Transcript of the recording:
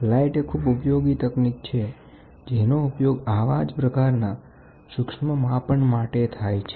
light એ ખૂબ ઉપયોગી તકનીક છે જેનો ઉપયોગ આવા જ પ્રકારના સૂક્ષ્મ માપન માટે થાય છે